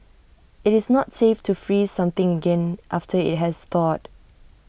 IT is not safe to freeze something again after IT has thawed